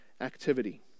activity